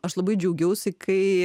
aš labai džiaugiausi kai